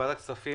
בוועדת הכספים,